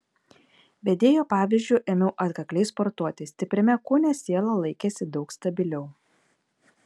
vedėjo pavyzdžiu ėmiau atkakliai sportuoti stipriame kūne siela laikėsi daug stabiliau